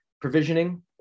provisioning